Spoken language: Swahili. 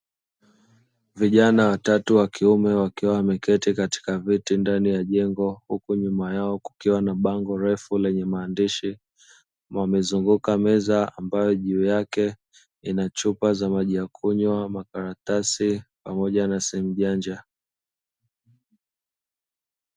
Vijana watatu wakiume wakiwa wameketi katika viti ndani ya jengo, huku nyuma yao kukiwa na bango refu lenye maadishi, wamezunguka meza ambayo juu yake ina chupa za maji ya kunywa, makaratasi pamoja na simu janja.